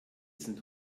sind